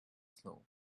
snow